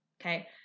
Okay